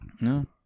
No